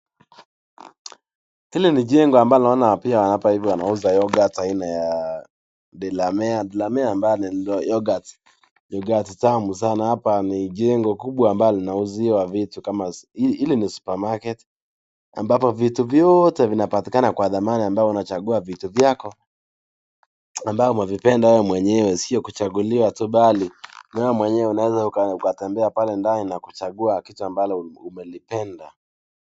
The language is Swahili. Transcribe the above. Hili ni jengo ambalo naona pia wanauza yogurt haina ya Delamere , Delamere ambayo ni yogurt , yogurt tamu sana. Hapa ni jengo kubwa ambalo linauziwa vitu. Hili ni supermarket ambapo vitu vyote vinapatikana kwa dhamana ambayo unachagua vitu vyako ambavyo umavipenda wewe mwenyewe, sio kuchaguliwa tu bali wewe mwenyewe unaweza ukatembea pale ndani na kuchagua kitu ambacho umelipenda.